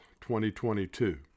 2022